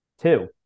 Two